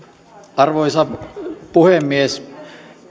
arvoisa puhemies